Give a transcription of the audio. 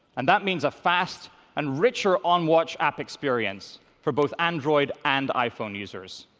and that means a fast and richer on-watch app experience for both android and iphone users.